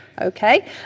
Okay